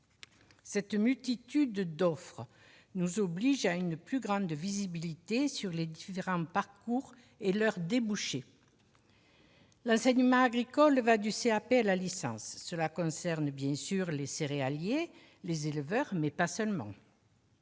Cette multitude d'offres nous oblige à une plus grande visibilité sur les différents parcours et leurs débouchés. L'enseignement agricole va du CAP à la licence. Il concerne bien sûr les céréaliers et les éleveurs, mais pas seulement.